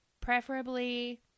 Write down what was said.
preferably